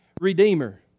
redeemer